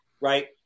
right